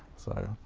so.